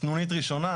סנונית ראשונה.